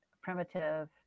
primitive